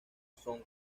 son